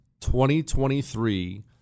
2023